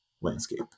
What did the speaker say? landscape